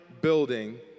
building